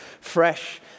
fresh